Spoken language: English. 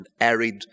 arid